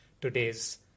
today's